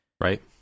Right